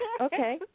okay